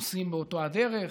נוסעים באותה הדרך.